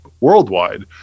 worldwide